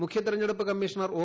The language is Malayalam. മുഖ്യതെരഞ്ഞെടുപ്പ് കമ്മീഷണർ ഒ